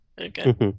Okay